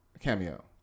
cameo